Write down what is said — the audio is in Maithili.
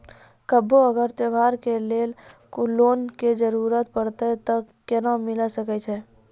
कभो अगर त्योहार के लिए लोन के जरूरत परतै तऽ केना मिल सकै छै?